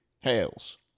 Hails